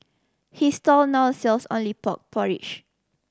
his stall now sells only pork porridge